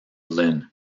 lyn